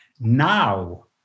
Now